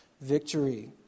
victory